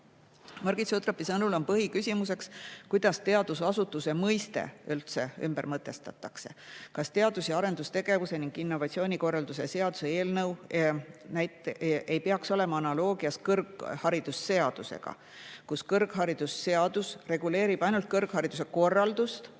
Margit Sutropi sõnul on põhiküsimus, kuidas teadusasutuse mõiste üldse ümber mõtestatakse. Kas teadus- ja arendustegevuse ning innovatsiooni korralduse seaduse eelnõu ei peaks olema analoogiline kõrgharidusseadusega? Kõrgharidusseadus reguleerib ainult kõrghariduse korraldust,